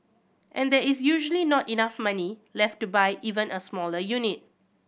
and there is usually not enough money left to buy even a smaller unit